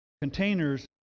containers